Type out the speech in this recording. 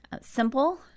simple